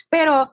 Pero